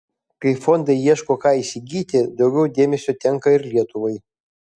kai fondai ieško ką įsigyti daugiau dėmesio tenka ir lietuvai